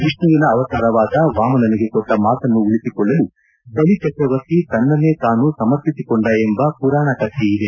ವಿಷ್ಣುವಿನ ಅವತಾರವಾದ ವಾಮನನಿಗೆ ಕೊಟ್ಟ ಮಾತನ್ನು ಉಳಿಸಿಕೊಳ್ಳಲು ಬಲಿಚಕ್ರವರ್ತಿ ತನ್ನನ್ನೇ ತಾನೂ ಸಮರ್ಟಿಸಿಕೊಂಡ ಎಂಬ ಮರಾಣ ಕಥೆ ಇದೆ